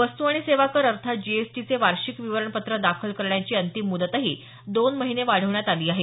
वस्तू आणि सेवा कर अर्थात जीएसटीचे वार्षिक विवरणपत्र दाखल करण्याची अंतिम मुदतही दोन महिने वाढवण्यात आली आहे